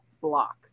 block